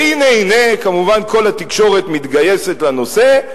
והנה הנה, כמובן, כל התקשורת מתגייסת לנושא.